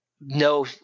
no –